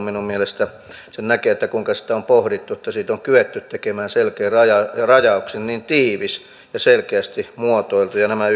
minun mielestäni näkee kuinka sitä on pohdittu ja että siitä on kyetty tekemään selkein rajauksin näin tiivis ja selkeästi muotoiltu nämä